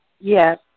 Yes